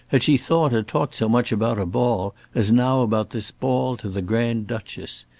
had she thought or talked so much about a ball, as now about this ball to the grand-duchess.